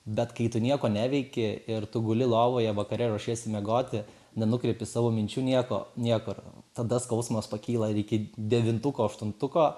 bet kai tu nieko neveiki ir tu guli lovoje vakare ruošiesi miegoti nenukreipi savo minčių nieko niekur tada skausmas pakyla ir iki devintuko aštuntuko